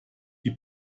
die